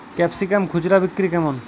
Capsicum খুচরা বিক্রি কেমন?